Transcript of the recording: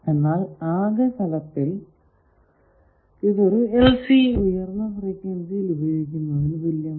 എന്നാൽ ആകെ ഫലത്തിൽ ഇതൊരു LC ഉയർന്ന ഫ്രീക്വൻസിയിൽ ഉപയോഗിക്കുന്നതിനു തുല്യമാണ്